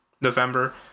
November